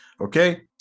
okay